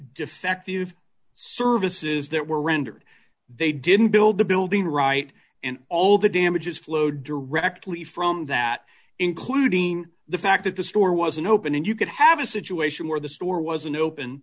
defective services that were rendered they didn't build the building right and all the damages flow directly from that including the fact that the store wasn't open and you could have a situation where the store wasn't open